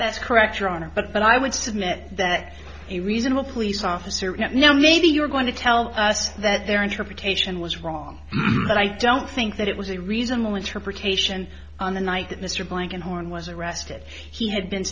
that's correct your honor but i would submit that a reasonable police officer maybe you're going to tell us that their interpretation was wrong but i don't think that it was a reasonable interpretation on the night that mr blankenhorn was arrested he had been